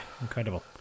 incredible